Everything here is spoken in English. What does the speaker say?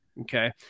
Okay